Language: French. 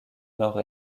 nord